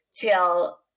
till